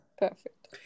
Perfect